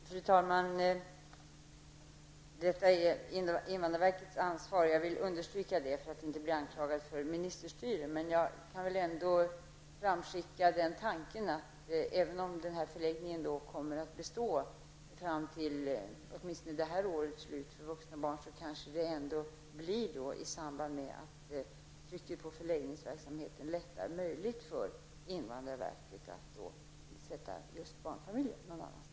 Fru talman! Det är invandrarverket som har ansvaret. Jag vill understryka detta för att inte bli anklagad för ministerstyre. Men jag kan väl säga, att det, även om förläggningen kommer att bestå fram till åtminstone det här årets slut, kanske blir möjligt för invandrarverket att när trycket på förläggningsverksamheten lättar placera just barnfamiljerna någon annanstans.